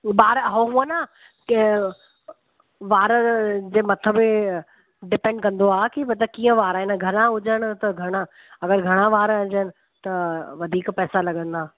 वारु हुअं न की वारनि जे मथां बि डिपेंड कंदो आहे की मतिलबु कीअं वारु आहिनि घणा हुजनि त घणा अगरि घणा वारु हुजनि त वधीक पैसा लॻंदा